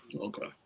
Okay